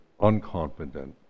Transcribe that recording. unconfident